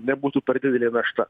nebūtų per didelė našta